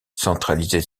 centralisée